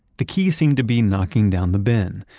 the key seemed to be knocking down the bin,